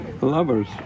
lovers